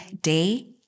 day